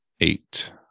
eight